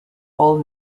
all